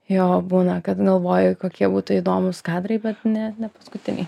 jo būna kad galvoju kokie būtų įdomūs kadrai bet ne nepaskutiniai